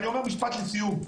ואני אומר משפט לסיום.